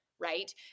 Right